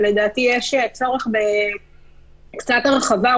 ולדעתי יש צורך בהרחבה קצת,